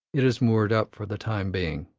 it is moored up for the time being.